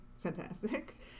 fantastic